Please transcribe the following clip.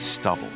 stubble